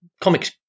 comics